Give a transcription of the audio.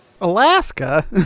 Alaska